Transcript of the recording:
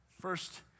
first